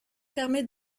permet